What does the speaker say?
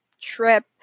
trip